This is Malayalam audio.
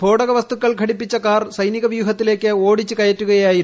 സ്ഫോ ടക വസ്തുക്കൾ ഘടിപ്പിച്ച കാർ സൈനികവാഹനവ്യൂഹത്തിലേ ക്ക് ഓടിച്ചു കയറ്റുകയായിരുന്നു